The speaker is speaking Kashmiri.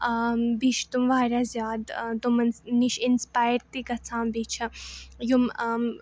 بیٚیہِ چھِ تِم واریاہ زیادٕ تِمَن نِش اِنسپایَر تہِ گَژھان بیٚیہِ چھِ یِم